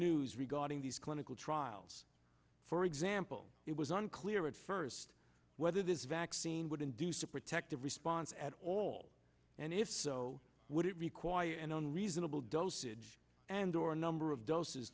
news regarding these clinical trials for example it was unclear at first whether this vaccine would induce a protective response at all and if so would it require an unreasonable dosage and or a number of doses